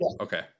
Okay